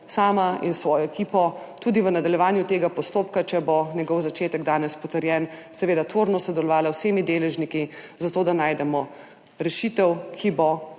sama in s svojo ekipo tudi v nadaljevanju tega postopka, če bo njegov začetek danes potrjen, seveda tvorno sodelovala z vsemi deležniki, zato da najdemo rešitev, ki bo